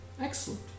Excellent